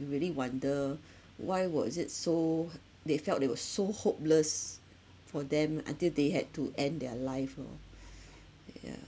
you really wonder why was it so they felt they were so hopeless for them until they had to end their life lor yeah